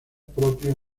propio